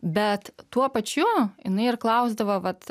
bet tuo pačiu jinai ir klausdavo vat